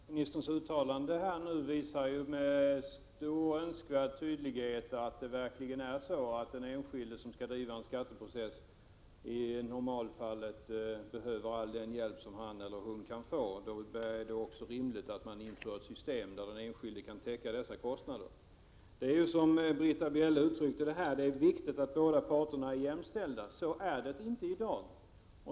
Herr talman! Finansministerns uttalande nu visar med stor önskvärd tydlighet att det verkligen är så, att den enskilde som skall driva en skatteprocess i normalfallet behöver all den hjälp som han eller hon kan få. Därför är det rimligt att man inför ett system, som innebär att den enskilde kan täcka dessa kostnader. Som Britta Bjelle uttryckte det här är det viktigt att båda parter är jämställda. Så är det inte i dag.